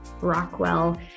Rockwell